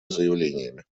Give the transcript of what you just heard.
заявлениями